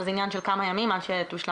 אבל זה עניין של כמה ימים עד שתושלם